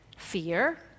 fear